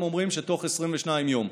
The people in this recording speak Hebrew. הם אומרים שתוך 22 יום.